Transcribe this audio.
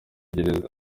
gereza